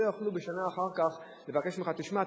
לא יוכלו בשנה אחר כך לבקש ממך: תשמע,